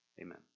Amen